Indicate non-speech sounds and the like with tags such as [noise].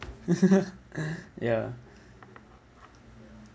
[laughs] ya